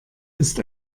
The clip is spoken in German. ist